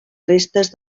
restes